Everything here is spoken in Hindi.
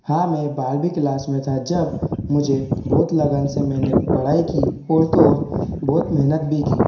हाँ मैं बारहवीं क्लास में था जब मुझे बहुत लगन से मैंने पढ़ाई की और तो और बहुत मेहनत भी की